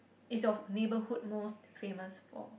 is your neighbourhood most famous for